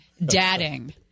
dadding